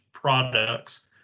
products